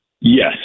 Yes